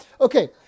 Okay